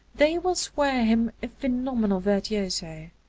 they will swear him a phenomenal virtuoso,